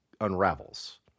unravels